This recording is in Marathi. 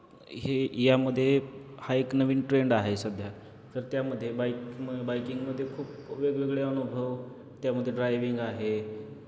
हे यामध्ये हा एक नवीन ट्रेंड आहे सध्या तर त्यामध्ये बाईकम बाईकिंगमध्ये खूप वेगवेगळे अनुभव त्यामध्ये ड्रायविंग आहे